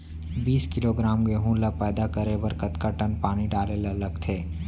बीस किलोग्राम गेहूँ ल पैदा करे बर कतका टन पानी डाले ल लगथे?